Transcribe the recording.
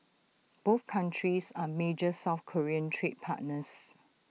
both countries are major south Korean trade partners